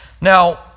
Now